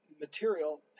material